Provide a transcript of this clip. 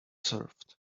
served